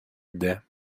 іде